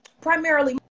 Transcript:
primarily